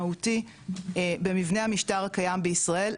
מהותי במבנה המשטר הקיים בישראל,